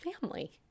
family